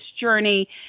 journey